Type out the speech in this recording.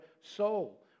soul